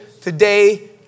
today